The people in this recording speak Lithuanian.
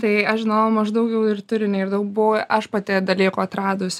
tai aš žinojau maždaug jau ir turinį ir daug buvau aš pati dalykų atradus